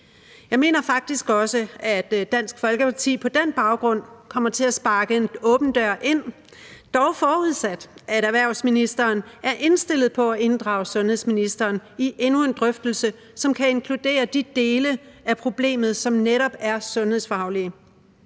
Jeg mener faktisk også, at Dansk Folkeparti på den baggrund kommer til at sparke en åben dør ind. Dog forudsat at erhvervsministeren er indstillet på at inddrage sundhedsministeren i endnu en drøftelse, som kan inkludere de dele af problemet, som netop er sundhedsfaglige.